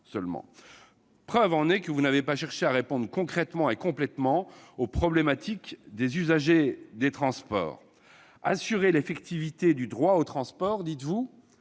preuve que vous n'avez pas cherché à répondre concrètement et complètement aux problématiques des usagers des transports. « Assurer l'effectivité du droit au transport », dites-vous ?